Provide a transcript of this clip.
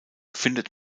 findet